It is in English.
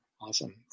Awesome